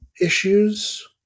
issues